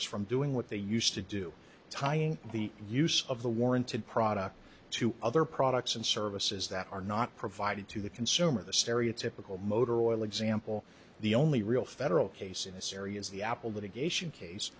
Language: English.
interest from doing what they used to do tying the use of the warranted product to other products and services that are not provided to the consumer the stereotypical motor oil example the only real federal case in this area is the apple litigation case